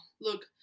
look